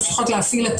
ממשיכות להפעיל,